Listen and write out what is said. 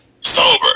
Sober